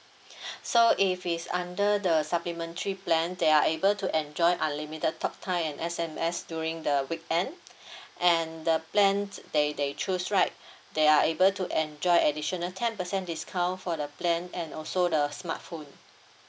so if is under the supplementary plan they are able to enjoy unlimited talk time and S_M_S during the weekend and the plan they they choose right they are able to enjoy additional ten percent discount for the plan and also the smartphone